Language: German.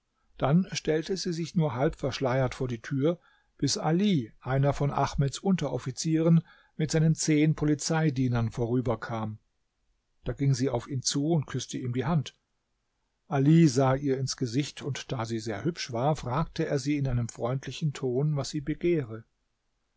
dann stellte sie sich nur halb verschleiert vor die tür bis ali einer von ahmeds unteroffizieren mit seinen zehn polizeidienern vorüberkam da ging sie auf ihn zu und küßte ihm die hand ali sah ihr ins gesicht und da sie sehr hübsch war fragte er sie in einem freundlichen ton was sie begehre